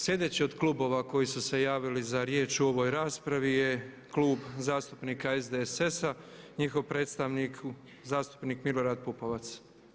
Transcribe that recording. Sljedeći od klubova koji su se javili za riječ u ovoj raspravi je Klub zastupnika SDSS-a, njihov predstavnik zastupnik Milorad Pupovac.